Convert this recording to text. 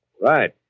Right